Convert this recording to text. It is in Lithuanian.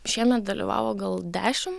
šiemet dalyvavo gal dešim